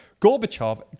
Gorbachev